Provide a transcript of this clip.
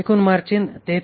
आणि एकूण मार्जिन 33